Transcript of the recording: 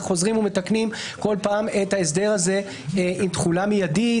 וחוזרים ומתקנים בכל פעם את ההסדר הזה עם תחולה מידית,